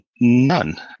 None